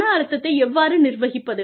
மன அழுத்தத்தை எவ்வாறு நிர்வகிப்பது